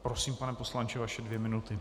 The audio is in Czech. Prosím, pane poslanče, vaše dvě minuty.